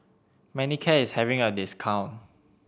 Manicare is having a discount